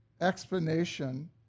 explanation